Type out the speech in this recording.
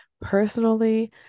personally